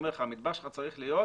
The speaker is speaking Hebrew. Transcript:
הוא אומר לך שהמטבח שלך צריך להיות